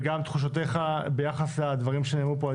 וגם תחושותיך ביחס לדברים שנאמרו פה על